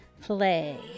play